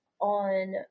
on